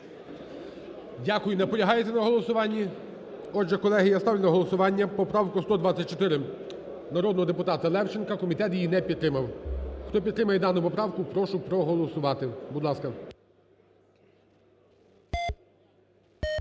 Дякую. Наполягаєте на голосуванні? Отже, колеги, я ставлю на голосування поправку 124 народного депутата Левченка, комітет її не підтримав. Хто підтримує дану поправку, прошу проголосувати, будь ласка.